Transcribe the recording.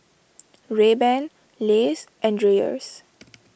Rayban Lays and Dreyers